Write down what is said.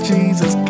Jesus